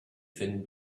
thin